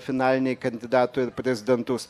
finaliniai kandidatų ir prezidentus